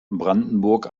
brandenburg